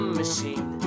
machine